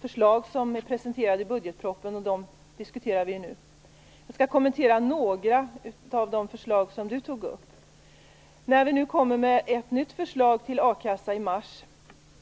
förslag som är presenterade i budgetpropositionen, och dem diskuterar vi nu. Jag skall kommentera några av de förslag som Vi kommer nu med ett nytt förslag till a-kassa i mars.